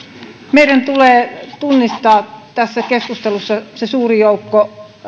meidän tulee tunnistaa tässä keskustelussa se suuri joukko